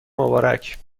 مبارک